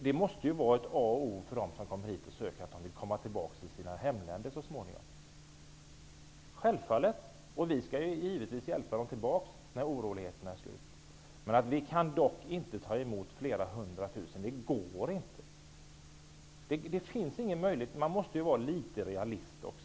Det måste ju vara A och O för dem som kommer hit och söker asyl -- att de så småningom får komma tillbaka till sina hemländer. Självfallet! Och vi skall givetvis hjälpa dem tillbaka när oroligheterna är slut. Vi kan dock inte ta emot flera hundra tusen -- det går inte! Det finns ingen möjlighet. Man måste vara litet realistisk också.